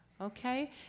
Okay